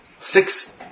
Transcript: six